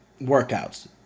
workouts